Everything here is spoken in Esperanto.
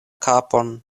kapon